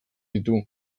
ditu